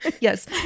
Yes